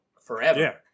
forever